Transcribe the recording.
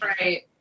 Right